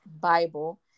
Bible